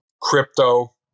crypto